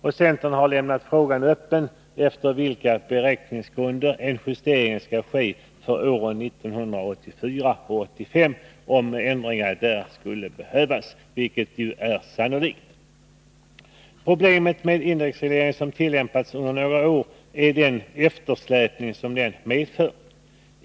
Centern har lämnat frågan öppen efter vilka beräkningsgrunder en justering skall ske för år 1984 och 1985 för den händelse det skulle behövas göras ändringar, vilket är sannolikt. Problemet med den indexreglering som har tillämpats under några år är den eftersläpning som den medför.